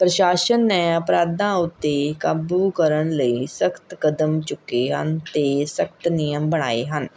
ਪ੍ਰਸ਼ਾਸ਼ਨ ਨੇ ਅਪਰਾਧਾਂ ਉੱਤੇ ਕਾਬੂ ਕਰਨ ਲਈ ਸਖ਼ਤ ਕਦਮ ਚੁੱਕੇ ਹਨ ਅਤੇ ਸਖ਼ਤ ਨਿਯਮ ਬਣਾਏ ਹਨ